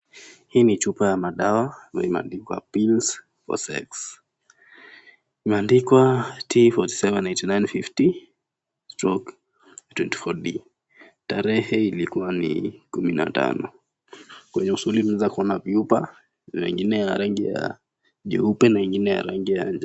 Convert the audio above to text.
Hii ni chupa ya madawa na imeandikwa pills for sex . Imeandikwa T-478950/24D, tarehe ili kuwa ni kumi na tano. Kwenye usuri tunaeza kuona vyupa na ingine ya rangi ya jeupe na ingine ya rangi ya jano.